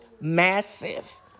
massive